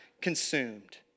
consumed